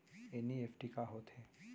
NEFT का होथे?